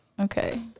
Okay